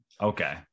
Okay